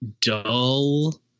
dull